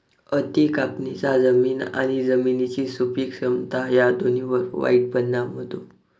अति कापणीचा जमीन आणि जमिनीची सुपीक क्षमता या दोन्हींवर वाईट परिणाम होतो